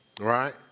Right